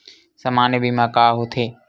सामान्य बीमा का होथे?